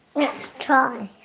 let's try.